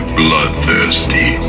bloodthirsty